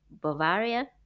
Bavaria